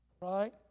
Right